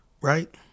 right